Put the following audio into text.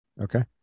Okay